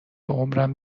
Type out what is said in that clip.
عمرم